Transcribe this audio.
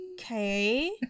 Okay